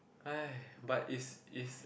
!hai! but is is